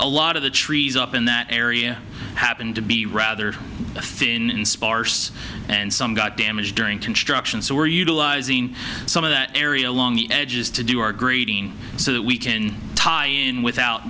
a lot of the trees up in that area happened to be rather thin sparse and some got damaged during construction so we're utilizing some of that area along the edges to do our grading so that we can tie in without